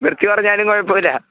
വൃത്തി കുറഞ്ഞാലും കുഴപ്പം ഇല്ല